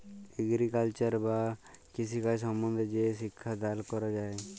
agriculture বা কৃষিকাজ সম্বন্ধে যে শিক্ষা দাল ক্যরা হ্যয়